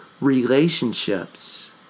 relationships